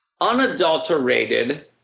unadulterated